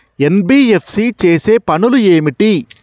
NBFC చేసే పనులు ఏమిటి?